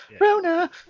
Rona